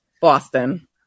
Boston